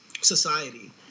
society